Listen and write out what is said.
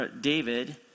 David